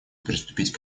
приступить